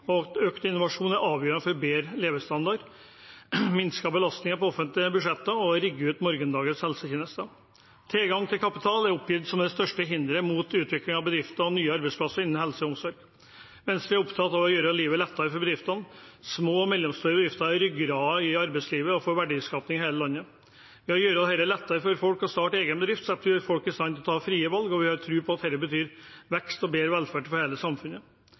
utfordringene, og økt innovasjon er avgjørende for bedre levestandard, minsket belastning på offentlige budsjetter og rigging av morgendagens helsetjenester. Tilgang til kapital er oppgitt som det største hinderet for utvikling av bedrifter og nye arbeidsplasser innen helse og omsorg. Venstre er opptatt av å gjøre livet lettere for bedriftene. Små og mellomstore bedrifter er ryggraden i arbeidslivet og for verdiskaping i hele landet. Ved å gjøre det lettere for folk å starte egen bedrift setter vi folk i stand til å ta frie valg. Vi har tro på at det betyr vekst og bedre velferd for hele samfunnet.